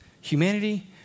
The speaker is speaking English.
humanity